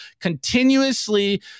continuously